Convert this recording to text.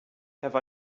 have